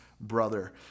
brother